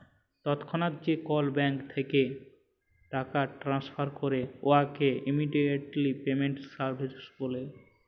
তৎক্ষণাৎ যে call bank থ্যাইকে টাকা টেনেসফার ক্যরে উয়াকে ইমেডিয়াতে পেমেল্ট সার্ভিস ব্যলে